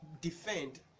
defend